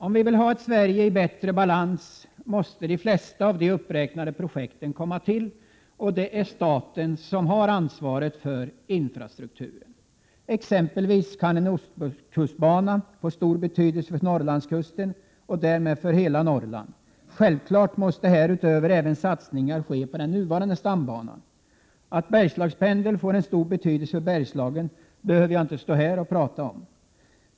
Om vi vill ha ett Sverige i bättre balans måste de flesta av de uppräknade projekten komma till och det är staten som har ansvaret för infrastrukturen. Exempelvis kan en ostkustbana få stor betydelse för Norrlandskusten och därmed för hela Norrland. Självfallet måste här utöver även satsningar ske på den nuvarande stambanan. Att Bergslagspendeln har stor betydelse för Bergslagen behöver jag inte orda om.